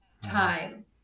time